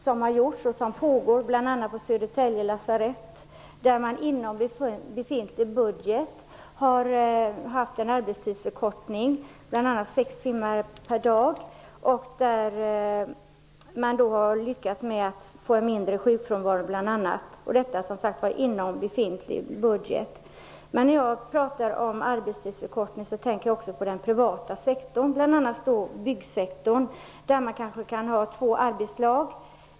Sådana pågår bl.a. på Södertälje lasarett. Där har man inom befintlig budget genomfört en arbetstidsförkortning till sex timmars arbetsdag. Man har lyckats åstadkomma bl.a. en mindre sjukfrånvaro, inom befintlig budget, som sagt. Jag tänker också på den privata sektorn, t.ex. byggsektorn, när jag pratar om en arbetstidsförkortning.